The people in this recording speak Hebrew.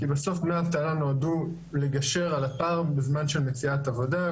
כי בסוף דמי אבטלה נועדו לגשר על הפער בזמן של מציאת עבודה.